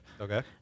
Okay